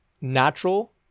natural